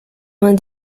vingt